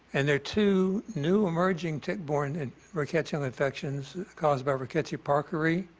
and there are two new emerging tick-borne and rickettsial infections caused by rickettsia parkeri